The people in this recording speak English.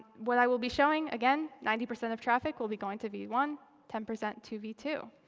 what i will be showing, again, ninety percent of traffic will be going to v one, ten percent to v two.